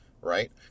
right